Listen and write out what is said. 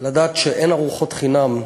שאין ארוחות חינם,